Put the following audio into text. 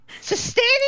sustaining